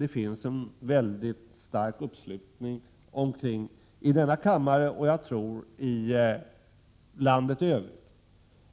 Det finns en stark uppslutning kring denna princip i denna kammare och i landet i övrigt,